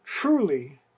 truly